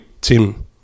Tim